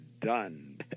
done